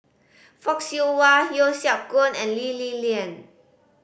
Fock Siew Wah Yeo Siak Goon and Lee Li Lian